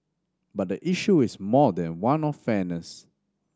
but the issue is more than one of fairness